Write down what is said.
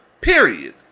period